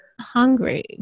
hungry